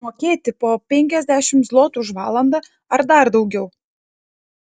mokėti po penkiasdešimt zlotų už valandą ar dar daugiau